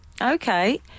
Okay